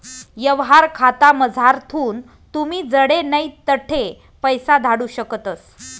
यवहार खातामझारथून तुमी जडे नै तठे पैसा धाडू शकतस